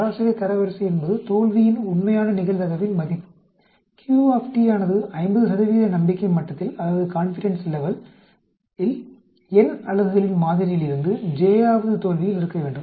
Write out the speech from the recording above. சராசரி தரவரிசை என்பது தோல்வியின் உண்மையான நிகழ்தகவின் மதிப்பு Q ஆனது 50 நம்பிக்கை மட்டத்தில் n அலகுகளின் மாதிரியிலிருந்து j வது தோல்வியில் இருக்க வேண்டும்